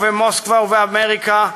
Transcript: במוסקבה ובאמריקה,